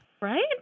Right